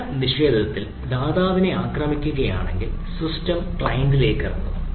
സേവന നിഷേധത്തിൽ ദാതാവിനെ ആക്രമിക്കുകയാണെങ്കിൽ സിസ്റ്റം ക്ലയന്റിലേക്ക് ഇറങ്ങും